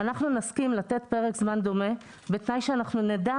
אנחנו נסכים לתת פרק זמן דומה בתנאי שנדע